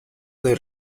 del